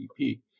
GDP